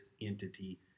entity